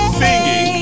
singing